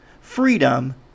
freedom